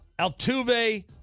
Altuve –